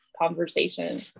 conversation